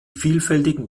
vielfältigen